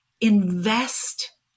invest